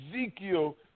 Ezekiel